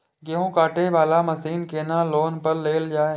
गेहूँ काटे वाला मशीन केना लोन पर लेल जाय?